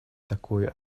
такое